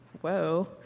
Whoa